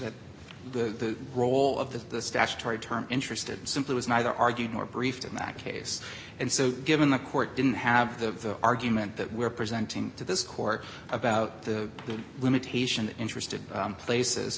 to the role of the statutory term interested simply was neither argued nor briefed in that case and so given the court didn't have the argument that we're presenting to this court about the limitation interested places